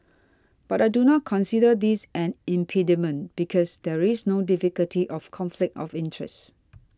but I do not consider this an impediment because there is no difficulty of conflict of interest